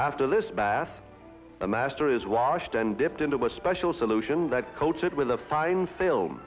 after this bath a master is washed and dipped into a special solution that coated with a fine film